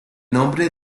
nombre